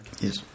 Yes